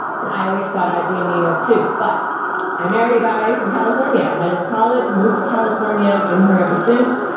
and i always thought i'd be in new york too, but i married a guy from california. i met him in college, moved to california, been here ever since.